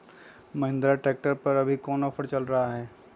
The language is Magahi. महिंद्रा ट्रैक्टर पर अभी कोन ऑफर चल रहा है?